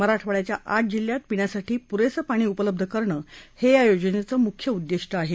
मराठवाड्याच्या आठ जिल्ह्यांत पिण्यासाठी प्रेसं पाणी उपलब्ध करणं हे या योजनेचं प्रमुख उददिष्ट आहे